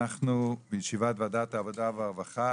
אנחנו בישיבת ועדת העבודה והרווחה,